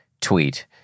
tweet